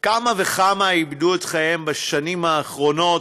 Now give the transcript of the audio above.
כמה וכמה איבדו את חייהם בשנים האחרונות